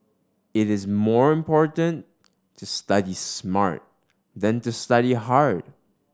it is more important to study smart than to study hard